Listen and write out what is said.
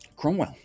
Cromwell